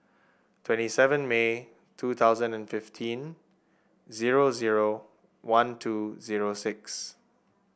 twenty seven May two thousand and fifteen zero zero one two zero six